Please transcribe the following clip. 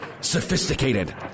Sophisticated